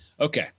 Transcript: Okay